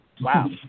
wow